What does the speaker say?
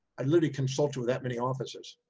i literally consulted with that many offices.